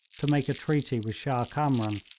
to make a treaty with shah kamran,